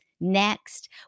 Next